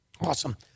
Awesome